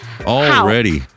already